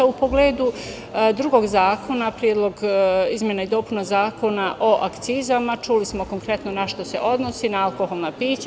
U pogledu drugog zakona, izmena i dopuna Zakona o akcizama, čuli smo konkretno na šta se odnosi, na alkoholna pića.